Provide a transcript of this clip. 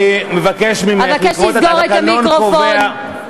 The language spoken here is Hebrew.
אני מבקש ממך לקרוא התקנון קובע.